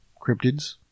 cryptids